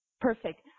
Perfect